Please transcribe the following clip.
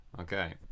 Okay